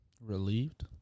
Relieved